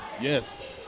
Yes